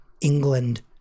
England